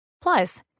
Plus